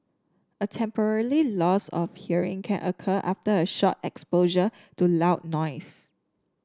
a temporarily loss of hearing can occur after a short exposure to loud noise